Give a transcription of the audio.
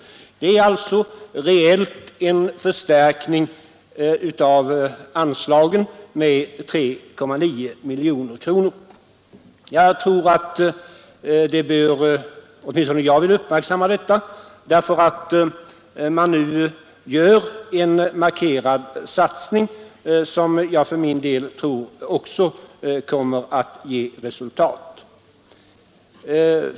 Det är alltså reellt en förstärkning av anslagen med 3,9 miljoner kronor. Åtminstone jag vill uppmärksamma detta därför att man nu gör en markerad satsning, som jag för min del också tror kommer att ge resultat.